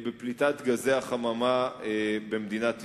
בפליטת גזי החממה במדינת ישראל.